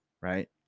Right